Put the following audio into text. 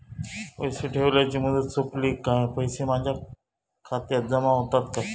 पैसे ठेवल्याची मुदत सोपली काय पैसे माझ्या खात्यात जमा होतात काय?